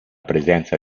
presenza